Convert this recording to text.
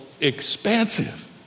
expansive